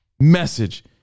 message